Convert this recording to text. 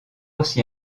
aussi